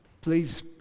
Please